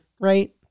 right